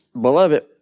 Beloved